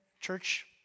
church